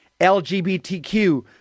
LGBTQ